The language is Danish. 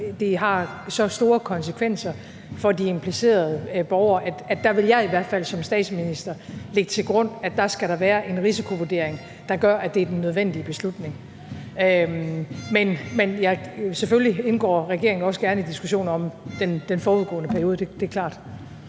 det har så store konsekvenser for de implicerede borgere, at der vil jeg i hvert fald som statsminister lægge til grund, at der skal være en risikovurdering, der gør, at det er den nødvendige beslutning. Men selvfølgelig indgår regeringen også gerne i diskussionen om den forudgående periode – det er klart.